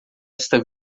esta